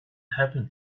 happen